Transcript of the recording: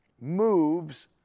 moves